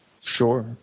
Sure